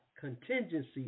contingency